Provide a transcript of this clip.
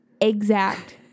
exact